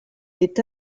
est